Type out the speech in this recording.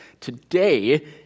today